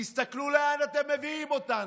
תסתכלו לאן אתם מביאים אותנו.